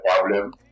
problem